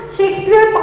Shakespeare